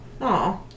Aw